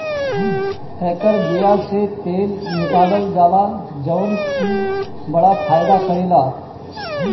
एकर बिया से तेल निकालल जाला जवन की बड़ा फायदा करेला